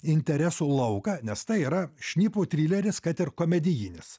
interesų lauką nes tai yra šnipų trileris kad ir komedijinis